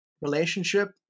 relationship